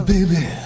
Baby